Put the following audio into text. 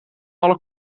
alle